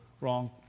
wrong